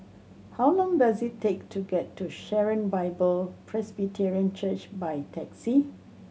how long does it take to get to Sharon Bible Presbyterian Church by taxi